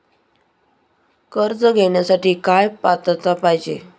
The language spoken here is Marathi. कर्ज घेण्यासाठी काय पात्रता पाहिजे?